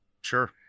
Sure